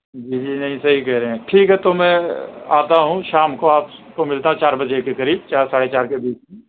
جی جی نہیں صحیح کہہ رہے ہیں ٹھیک ہے تو میں آتا ہوں شام کو آپ سے کو مِلتا چار بجے کے قریب چار ساڑھے چار کے بیچ میں